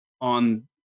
on